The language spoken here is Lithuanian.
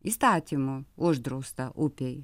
įstatymu uždrausta upei